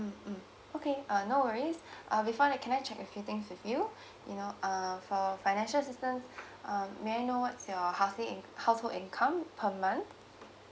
mm mm okay uh no worries uh before that can I check a few things with you you know uh for financial assistance uh may I know what's your housing household income per month